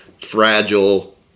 fragile